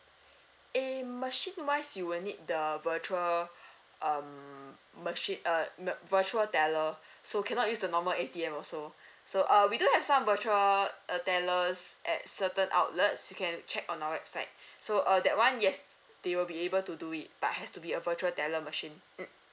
eh machine wise you will need the virtual um machine uh ma~ virtual teller so cannot use the normal A_T_M also so uh we do have some virtual uh tellers at certain outlets you can check on our website so uh that one yes they will be able to do it but has to be a virtual teller machine